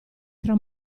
tra